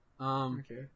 Okay